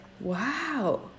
Wow